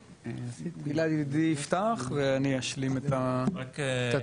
גלעד ידידי יפתח ואני אשלים את התמונה.